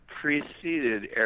preceded